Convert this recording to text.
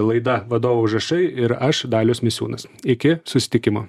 laida vadovo užrašai ir aš dalius misiūnas iki susitikimo